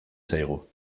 zaigu